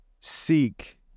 seek